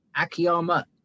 Akiyama